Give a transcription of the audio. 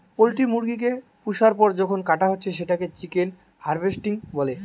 poultry মুরগি কে পুষার পর যখন কাটা হচ্ছে সেটাকে চিকেন হার্ভেস্টিং বলে